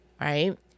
right